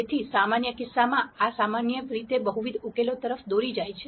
તેથી સામાન્ય કિસ્સામાં આ સામાન્ય રીતે બહુવિધ ઉકેલો તરફ દોરી જાય છે